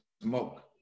smoke